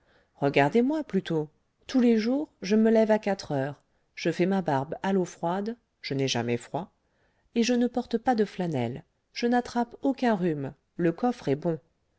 regardez-moi plutôt tous les jours je me lève à quatre heures je fais ma barbe à l'eau froide je n'ai jamais froid et je ne porte pas de flanelle je n'attrape aucun rhume le coffre est bon